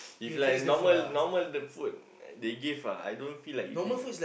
if like normal normal the food they give uh I don't feel like eating ah